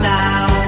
now